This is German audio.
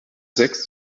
sechs